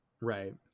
Right